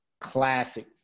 classic